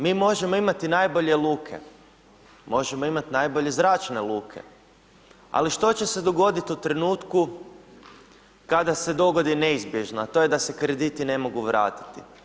Mi možemo imati najbolje luke, možemo imati najbolje zračne luke, ali što će se dogoditi u trenutku kada se dogodi neizbježno, a to je da se krediti ne mogu vrati.